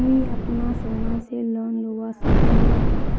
मुई अपना सोना से लोन लुबा सकोहो ही?